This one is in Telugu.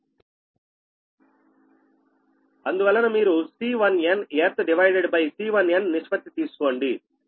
అందువలన మీరు C1n earth divided by C1n నిష్పత్తి తీసుకోండి